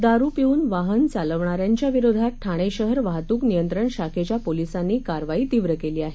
दारु पिऊन वाहन चालवणाऱ्यांच्या विरोधात ठाणे शहर वाहतूक नियंत्रण शाखेच्या पोलिसांनी कारवाई तीव्र केली आहे